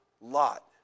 Lot